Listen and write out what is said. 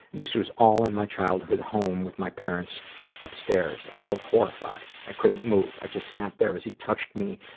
and this was all in my childhood home with my parents upstairs. i felt horrified. i couldn't move, i just sat there as he touched me,